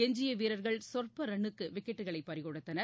எஞ்சியவீரர்கள் சொற்பரன்னுக்குவிக்கெட்டுகளைபறிகொடுத்தனர்